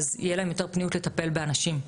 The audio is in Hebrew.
תהיה להם יותר פניות לטפל באנשים.